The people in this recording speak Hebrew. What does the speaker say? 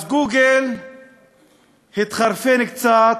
אז גוגל התחרפן קצת,